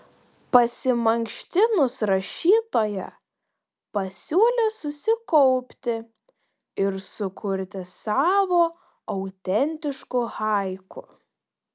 pasimankštinus rašytoja pasiūlė susikaupti ir sukurti savo autentiškų haiku